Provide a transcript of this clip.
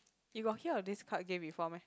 you got hear of this card game before meh